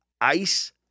ICE